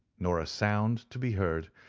nor a sound to be heard,